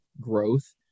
growth